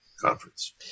conference